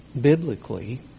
biblically